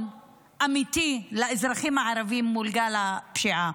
אמיתי לאזרחים הערבים מול גל הפשיעה.